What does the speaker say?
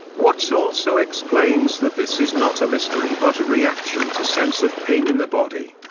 watts also explains that this is not a mystery but a reaction to sense of pain in the body.